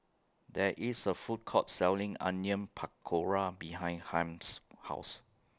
There IS A Food Court Selling Onion Pakora behind Harm's House